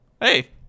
hey